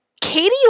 Katie